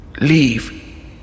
leave